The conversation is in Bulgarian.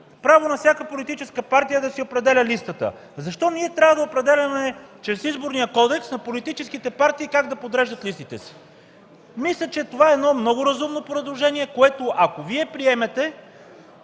право на всяка политическа партия е да си определя листата. Защо ние трябва да определяме чрез Изборния кодекс на политическите партии как да подреждат листите си? Мисля, че това е едно много разумно предложение, което, ако Вие приемете,